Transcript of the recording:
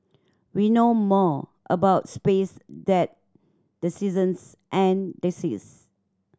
we know more about space that the seasons and the seas